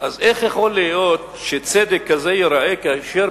אז איך יכול להיות שצדק כזה ייראה כאשר